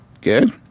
Good